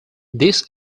this